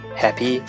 happy